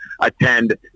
attend